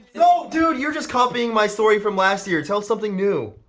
no, dude! you're just copying my story from last year. tell something new.